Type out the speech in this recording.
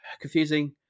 confusing